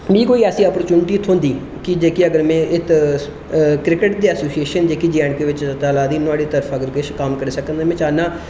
मी कोई अगर ऐसी अपाॅर्चुनिटी थ्होंदी जेह्की अगर में इत्थै क्रिकेट ऐशोसेशन जेह्की जे ऐंड के बिच्च चला दी नुआढ़े तरफा किश कम्म करी सकङ ते में चाहन्नां